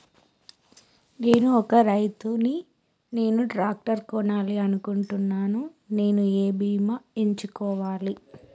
నేను ఒక రైతు ని నేను ట్రాక్టర్ కొనాలి అనుకుంటున్నాను నేను ఏ బీమా ఎంచుకోవాలి?